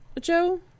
joe